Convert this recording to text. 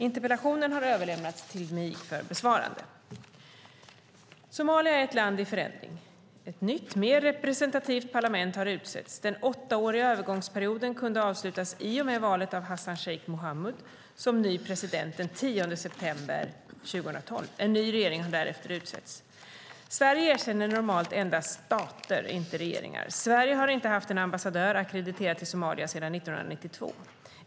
Interpellationen har överlämnats till mig för besvarande. Somalia är ett land i förändring. Ett nytt, mer representativt, parlament har utsetts. Den åttaåriga övergångsperioden kunde avslutas i och med valet av Hassan Sheikh Mohamud som ny president den 10 september 2012. En ny regering har därefter utsetts. Sverige erkänner normalt endast stater, inte regeringar. Sverige har inte haft en ambassadör ackrediterad till Somalia sedan 1992.